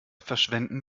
verschwenden